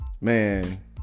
man